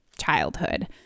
childhood